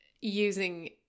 using